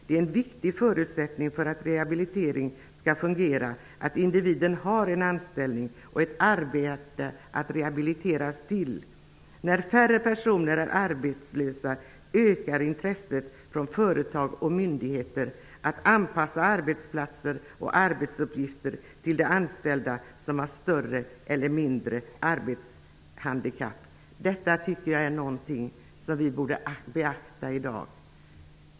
Det är en viktig förutsättning för att rehabilitering skall fungera att individen har en anställning och ett arbete att rehabiliteras till. När färre personer är arbetslösa ökar intresset från företag och myndigheter att anpassa arbetsplatser och arbetsuppgifter till de anställda som har större eller mindre arbetshandikapp.'' Jag tycker att detta är något som vi borde beakta i dag.